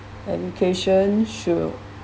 education should